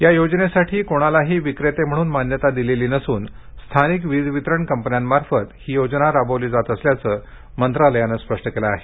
या योजनेसाठी कोणालाही विक्रेते म्हणून मान्यता दिलेली नसून स्थानिक वीज वितरण कंपन्यांमार्फत योजना राबवली जात असल्याचं मंत्रालयानं स्पष्ट केलं आहे